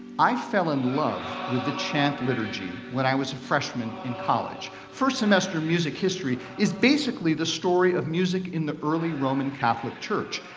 i fell in love with the chant liturgy when i was a freshman in college. first semester music history is basically the story of music in the early roman catholic church.